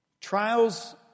Trials